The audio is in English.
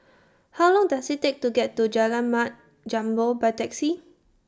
How Long Does IT Take to get to Jalan Mat Jambol By Taxi